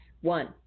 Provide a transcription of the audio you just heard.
One